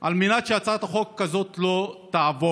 על מנת שהצעת חוק כזאת לא תעבור.